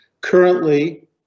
Currently